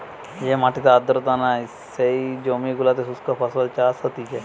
যে মাটিতে আর্দ্রতা নাই, যেই জমি গুলোতে শুস্ক ফসল চাষ হতিছে